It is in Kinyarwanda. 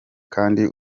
kandi